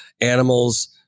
Animals